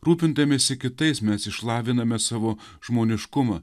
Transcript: rūpindamiesi kitais mes išlaviname savo žmoniškumą